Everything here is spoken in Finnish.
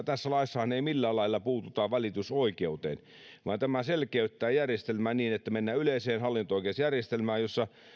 tässä laissahan ei millään lailla puututaan valitusoikeuteen vaan tämä selkeyttää järjestelmää niin että mennään yleiseen hallinto oikeusjärjestelmään jossa